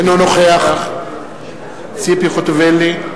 אינו נוכח ציפי חוטובלי,